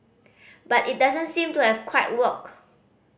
but it doesn't seem to have quite worked